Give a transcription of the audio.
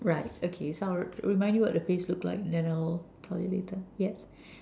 okay so I'll remind you what the face looked like then I will tell you later yes right